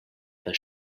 the